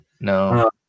No